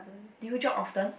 do you jog often